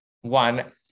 one